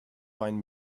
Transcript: find